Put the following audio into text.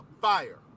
Fire